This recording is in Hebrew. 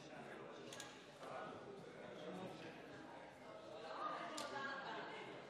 היושב-ראש, רבותיי חברי הכנסת,